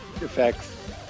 effects